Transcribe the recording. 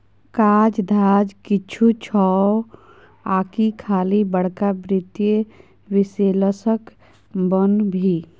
काज धाज किछु छौ आकि खाली बड़का वित्तीय विश्लेषक बनभी